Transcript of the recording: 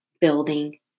building